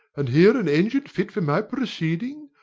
and here an engine fit for my proceeding!